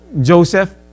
Joseph